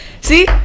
See